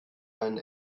deinen